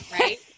right